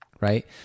right